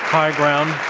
high ground.